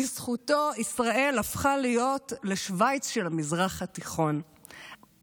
בזכותו ישראל הפכה להיות לשווייץ של המזרח התיכון,